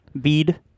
Bead